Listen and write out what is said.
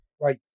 right